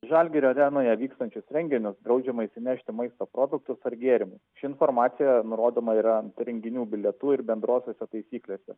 žalgirio arenoje vykstančius renginius draudžiama įsinešti maisto produktus ar gėrimus ši informacija nurodoma yra ant renginių bilietų ir bendrosiose taisyklėse